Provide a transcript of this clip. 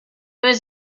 was